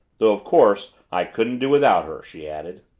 though of course i couldn't do without her, she added.